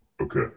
Okay